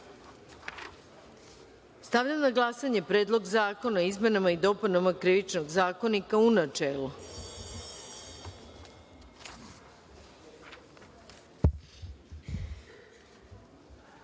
stavljam na glasanje Predlog zakona o izmenama i dopunama Krivičnog zakonika, u